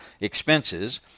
expenses